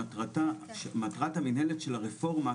כשמטרת מינהלת הרפורמה,